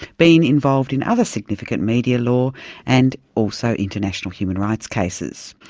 been involved in other significant media law and also international human rights cases.